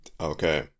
Okay